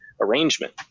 arrangement